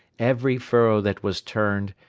every furrow that was turned,